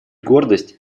гордость